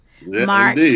Mark